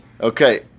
okay